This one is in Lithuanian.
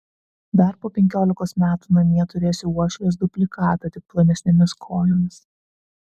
dar po penkiolikos metų namie turėsiu uošvės dublikatą tik plonesnėmis kojomis